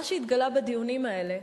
מה שהתגלה בדיונים האלה,